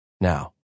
Now